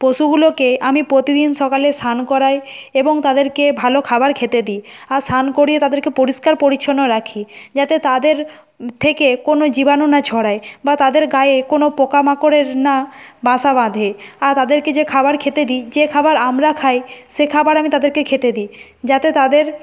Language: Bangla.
পশুগুলোকে আমি প্রতিদিন সকালে স্নান করাই এবং তাদেরকে ভালো খাবার খেতে দিই আর স্নান করিয়ে তাদেরকে পরিষ্কার পরিচ্ছন্ন রাখি যাতে তাদের থেকে কোনো জীবাণু না ছড়ায় বা তাদের গায়ে কোনো পোকামাকড়ের না বাসা বাঁধে আর তাদেরকে যে খাবার খেতে দিই যে খাবার আমরা খাই সে খাবার আমি তাদেরকেই খেতে দিই যাতে তাদের